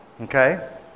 Okay